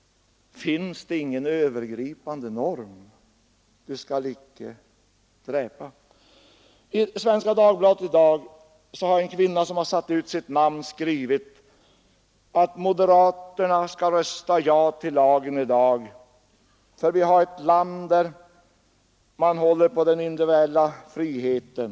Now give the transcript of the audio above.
Finns det ingen övergripande norm? Du skall icke dräpa! I Svenska Dagbladet har i dag en kvinna som har satt ut sitt namn skrivit att moderaterna skall rösta ja till lagförslaget, eftersom vi i vårt land håller på den individuella friheten.